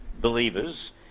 believers